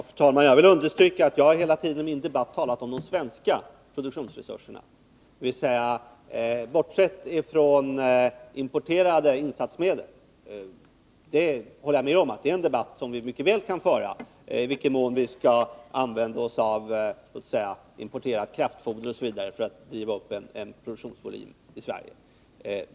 Fru talman! Jag vill understryka att jag hela tiden i min debatt har talat om de svenska produktionsresurserna; jag har alltså bortsett från importerade insatsmedel. Jag håller med om att vi mycket väl kan föra en debatt om i vilken mån vi skall använda oss av importerat kraftfoder osv. för att driva upp en produktionsvolym i Sverige.